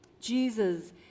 Jesus